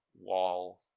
wall